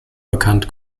bekannt